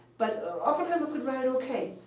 but oppenheimer could ride okay,